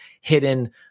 hidden